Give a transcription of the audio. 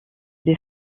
des